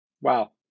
Wow